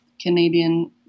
Canadian